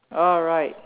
alright